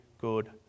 good